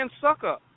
Sucker